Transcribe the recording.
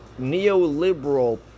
neoliberal